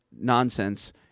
nonsense